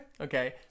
okay